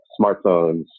smartphones